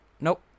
nope